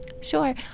Sure